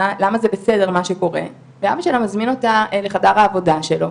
למה זה בסדר מה שקורה ואבא שלה מזמין אותה לחדר העבודה שלו,